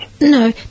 no